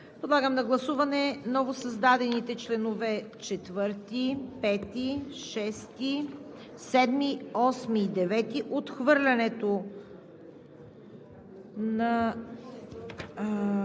Подлагам на гласуване новосъздадените параграфи 4, 5, 6, 7, 8 и 9, отхвърлянето на